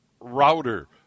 router